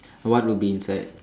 what would be inside